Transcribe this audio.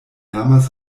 amas